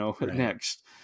next